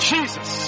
Jesus